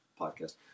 podcast